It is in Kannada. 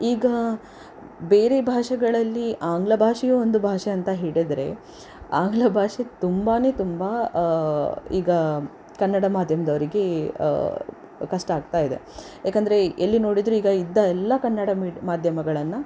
ಈಗ ಬೇರೆ ಭಾಷೆಗಳಲ್ಲಿ ಆಂಗ್ಲಭಾಷೆಯು ಒಂದು ಭಾಷೆ ಅಂತ ಹೇಳಿದರೆ ಆಂಗ್ಲಭಾಷೆ ತುಂಬನೇ ತುಂಬ ಈಗ ಕನ್ನಡ ಮಾಧ್ಯಮದವರಿಗೆ ಕಷ್ಟ ಆಗ್ತಾಯಿದೆ ಯಾಕೆಂದರೆ ಎಲ್ಲಿ ನೋಡಿದರು ಇದ್ದ ಎಲ್ಲ ಕನ್ನಡ ಮೀಡ್ ಮಾಧ್ಯಮಗಳನ್ನು